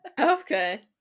okay